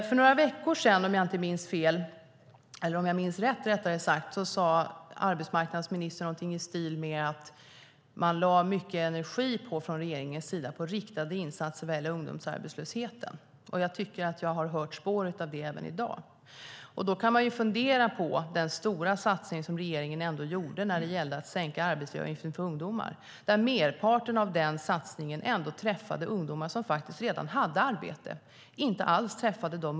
För några veckor sedan, om jag minns rätt, sade arbetsmarknadsministern någonting i stil med att man från regeringens sida lade mycket energi på riktade insatser vad gäller ungdomsarbetslösheten. Jag tycker att jag hört spår av detta även i dag. Merparten av den stora satsning regeringen gjorde när det gällde att sänka arbetsgivaravgiften för ungdomar träffade ungdomar som redan hade arbete.